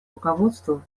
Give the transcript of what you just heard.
руководству